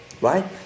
right